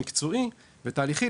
מקצועי ותהליכי,